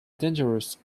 dangerous